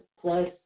plus